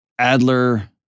Adler